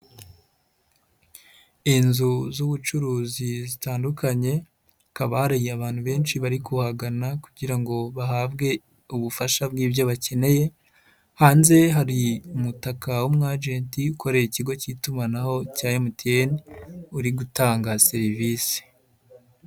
Inzu z'ubucuruzi zitandukanye hakaba hari abantu benshi bari kuhagana kugira ngo bahabwe ubufasha bw'ibyo bakeneye, hanze hari umutaka w'umwajenti ukorera ikigo k'itumanaho cya MTN uri gutanga serivisi.